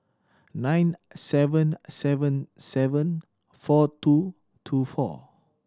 nine seven seven seven four two two four